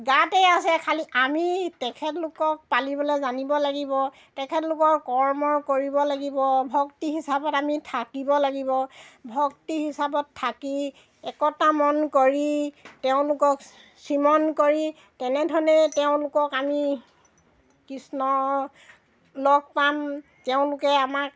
গাতে আছে খালী আমি তেখেতলোকক পালিবলৈ জানিব লাগিব তেখেতলোকৰ কৰ্ম কৰিব লাগিব ভক্তি হিচাপত আমি থাকিব লাগিব ভক্তি হিচাপত থাকি একতা মন কৰি তেওঁলোকক স্মৰণ কৰি তেনেধৰণে তেওঁলোকক আমি কৃষ্ণ লগ পাম তেওঁলোকে আমাক